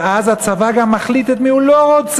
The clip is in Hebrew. ואז הצבא גם מחליט את מי הוא לא רוצה.